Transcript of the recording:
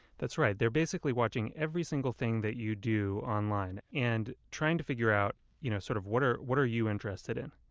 that's right. they're basically watching every single thing that you do online, and trying to figure out, you know, sort of what are what are you interested in?